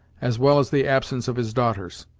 as well as the absence of his daughters.